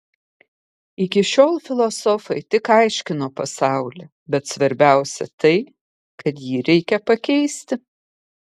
iki šiol filosofai tik aiškino pasaulį bet svarbiausia tai kad jį reikia pakeisti